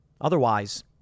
Otherwise